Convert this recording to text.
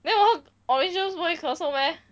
then 我喝 orange juice 不会咳嗽 meh